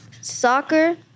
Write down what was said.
Soccer